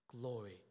Glory